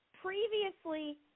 previously